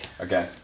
Okay